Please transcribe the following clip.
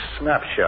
snapshot